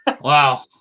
Wow